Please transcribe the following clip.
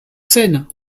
scène